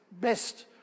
best